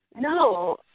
No